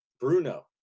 Bruno